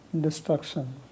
destruction